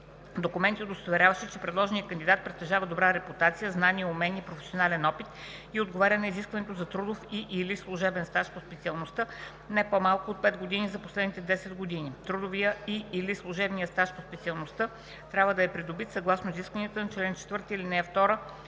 документи, удостоверяващи, че предложеният кандидат притежава добра репутация, знания, умения и професионален опит и отговаря на изискването за трудов и/или служебен стаж по специалността не по-малко от 5 години за последните 10 години; трудовият и/или служебният стаж по специалността трябва да е придобит съгласно изискванията на чл. 4, ал. 2